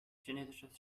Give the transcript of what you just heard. chinesisches